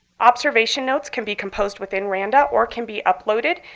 observation notes can be composed within randa or can be uploaded,